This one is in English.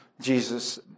Jesus